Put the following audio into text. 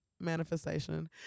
manifestation